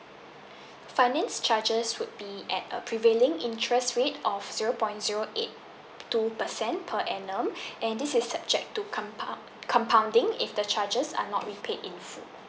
finance charges would be at a prevailing interest rate of zero point zero eight two percent per annum and this is subject to compoun~ compounding if the charges are not be paid in full